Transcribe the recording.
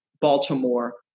Baltimore